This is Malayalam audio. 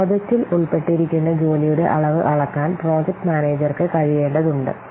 പ്രോജക്റ്റിൽ ഉൾപ്പെട്ടിരിക്കുന്ന ജോലിയുടെ അളവ് അളക്കാൻ പ്രോജക്റ്റ് മാനേജർക്ക് കഴിയേണ്ടതുണ്ട്